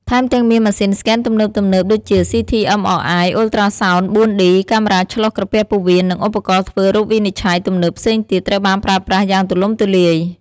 ថែមទាំងមាន ម៉ាស៊ីនស្កេនទំនើបៗ ដូចជា CT MRI Ultrasound 4D កាមេរ៉ាឆ្លុះក្រពះពោះវៀន និងឧបករណ៍ធ្វើរោគវិនិច្ឆ័យទំនើបផ្សេងទៀត ត្រូវបានប្រើប្រាស់យ៉ាងទូលំទូលាយ។